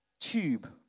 tube